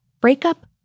breakup